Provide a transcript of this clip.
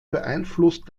beeinflusst